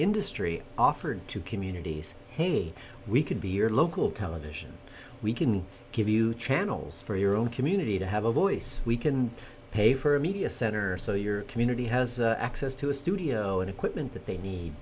industry offered to communities hey we could be your local television we can give you channels for your own community to have a voice we can pay for a media center so your community has access to a studio and equipment that they need